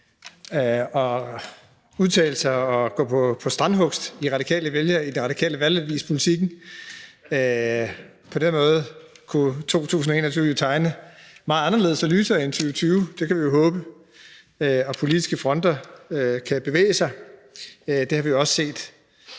at udtale sig og gå på strandhugst i den radikale valgavis, Politiken. På den måde kunne 2021 jo tegne meget anderledes og lysere end 2020, det kan vi jo håbe, og politiske fronter kan bevæge sig, det har vi også set.